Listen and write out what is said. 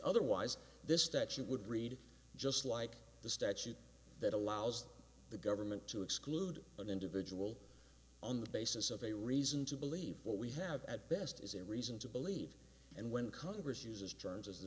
otherwise this statute would read just like the statute that allows the government to exclude an individual on the basis of a reason to believe what we have at best is a reason to believe and when congress uses joins as th